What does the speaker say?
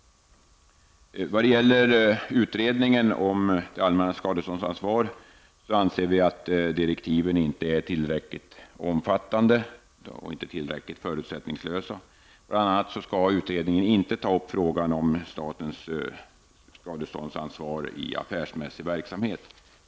I fråga om utredningen om det allmännas skadeståndsansvar anser vi att direktiven inte är tillräckligt omfattande och att utredningen inte blir tillräckligt förutsättningslös. Bl.a. skall utredningen inte ta upp frågan om statens skadeståndsansvar i affärsmässig verksamhet.